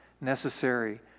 necessary